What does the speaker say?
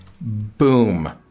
Boom